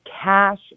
cash